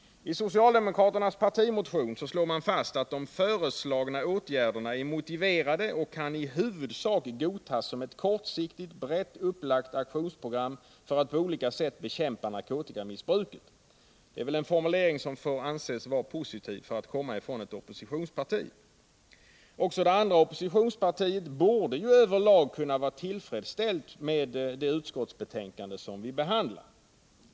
I socialdemokraternas partimotion slår man fast, att ”de föreslagna åtgärderna är motiverade och kan i huvudsak godtas som ett kortsiktigt, brett upplagt aktionsprogram för att på olika sätt bekämpa narkotikamissbruket.” Det är en formulering som väl får anses positiv för att komma från ett oppositionsparti. Också det andra oppositionspartiet borde över lag vara tillfredsställt med det utskottsbetänkande vi nu behandlar.